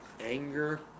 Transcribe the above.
anger